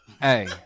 Hey